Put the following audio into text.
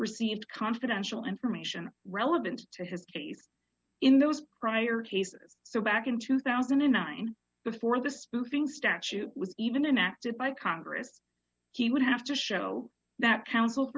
received confidential information relevant to his case in those prior cases so back in two thousand and nine before the spoofing statute was even an acted by congress he would have to show that coun